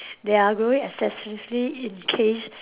they are growing excessively in case